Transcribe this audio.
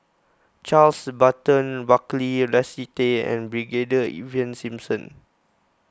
Charles Burton Buckley Leslie Tay and Brigadier Ivan Simson